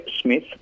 Smith